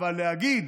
אבל להגיד